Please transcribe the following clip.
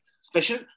special